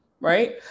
Right